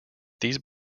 these